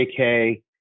JK